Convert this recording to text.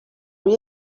روی